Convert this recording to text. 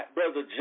Brother